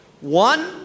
One